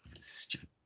Stupid